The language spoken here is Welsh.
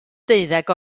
deuddeg